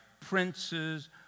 princes